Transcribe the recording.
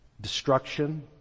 destruction